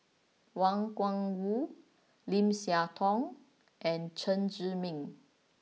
Wang Gungwu Lim Siah Tong and Chen Zhiming